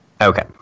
Okay